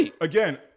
again